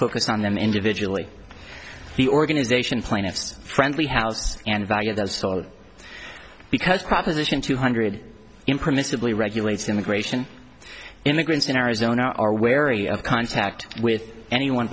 focus on them individually the organization plaintiffs friendly house and value that's all because proposition two hundred impermissibly regulates immigration immigrants in arizona are wary of contact with anyone